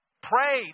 Pray